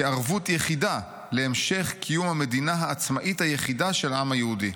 כערבות יחידה להמשך קיום המדינה העצמאית היחידה של העם היהודי.